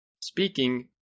Speaking